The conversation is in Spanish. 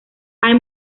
hay